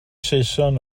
saeson